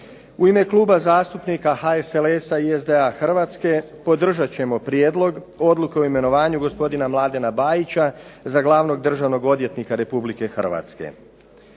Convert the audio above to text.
U ime Kluba zastupnika HSLS-a i SDA Hrvatske podržat ćemo Prijedlog odluke o imenovanju gospodina Mladena Bajića za glavnog državnog odvjetnika Republike Hrvatske.